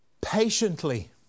patiently